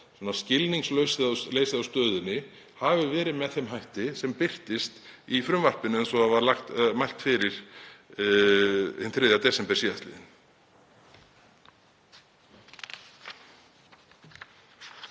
skilningsleysið á stöðunni hafi verið með þeim hætti sem birtist í frumvarpinu eins og mælt var fyrir því hinn 3. desember síðastliðinn.